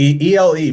ELE